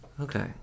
Okay